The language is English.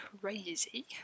crazy